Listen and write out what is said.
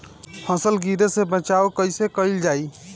फसल गिरे से बचावा कैईसे कईल जाई?